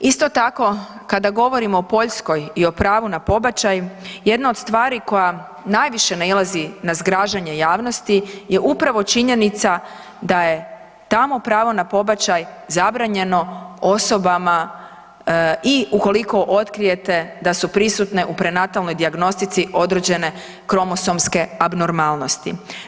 Isto tako kada govorimo o Poljskoj i o pravu na pobačaj jedna od stvari koja najviše nailazi na zgražanje javnosti je upravo činjenica da je tamo pravo na pobačaj zabranjeno osobama i ukoliko otkrijete da su prisutne u prenatalnoj dijagnostici određene kromosomske abnormalnosti.